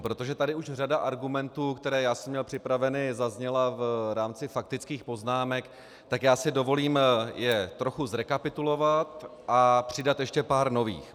Protože tady už řada argumentů, které já jsem měl připraveny, zazněla v rámci faktických poznámek, tak si dovolím je trochu zrekapitulovat a přidat ještě pár nových.